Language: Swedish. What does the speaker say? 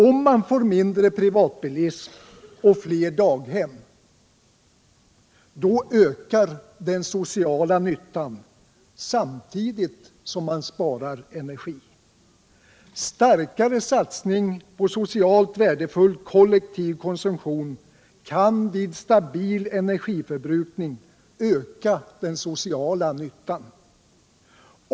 Om man får mindre privatbilism och fler daghem, så ökar den sociala nyttan, samtidigt som man sparar energi. Starkare satsning på socialt värdefull kollektiv konsumtion kan vid stabil energiförbrukning öka den sociala nyttan.